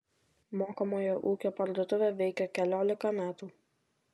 mokomojo ūkio parduotuvė veikia keliolika metų